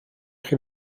chi